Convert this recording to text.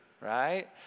right